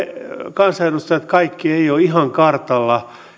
kansanedustajat kaikki eivät ole ihan kartalla